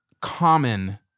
common